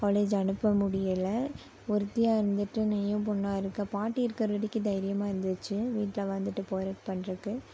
college அனுப்ப முடியலை ஒருத்தியாக இருந்துகிட்டு நீயும் பொண்ணாக இருக்க பாட்டி இருக்கிற வரைக்கும் தைரியமாக இருந்துச்சு வீட்டில் வந்துட்டு போகிறக்கு பண்ணுறதுக்கு